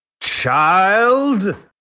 Child